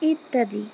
ইত্যাদি